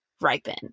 ripen